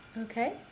okay